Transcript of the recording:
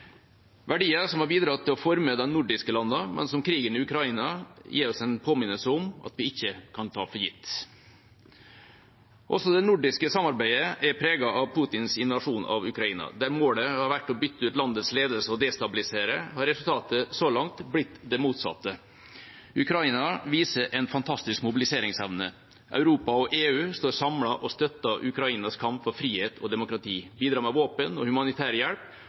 verdier som har bidratt til å forme de nordiske landene, men som krigen i Ukraina gir oss en påminnelse om at vi ikke kan ta for gitt. Også det nordiske samarbeidet er preget av Putins invasjon av Ukraina. Der målet har vært å bytte ut landets ledelse og destabilisere, har resultatet så langt blitt det motsatte. Ukraina viser en fantastisk mobiliseringsevne. Europa og EU står samlet og støtter Ukrainas kamp for frihet og demokrati, bidrar med våpen og humanitær hjelp